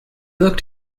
looked